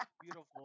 Beautiful